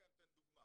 אני נותן דוגמא,